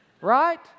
Right